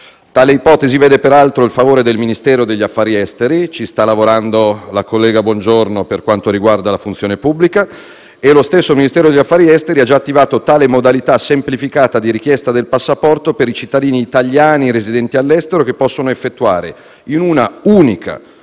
Tale ipotesi vede peraltro il favore del Ministero degli affari esteri e ci sta lavorando la collega Bongiorno per quanto riguarda la funzione pubblica. Lo stesso Ministero degli affari esteri ha già attivato tale modalità semplificata di richiesta del passaporto per i cittadini italiani residenti all'estero, che possono effettuare, in una unica